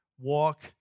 walk